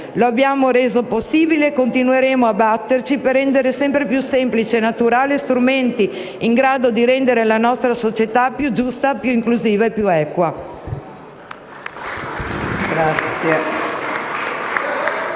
Lo abbiamo reso possibile e continueremo a batterci per rendere sempre più semplici e naturali gli strumenti in grado di rendere la nostra società più giusta, più inclusiva e più equa.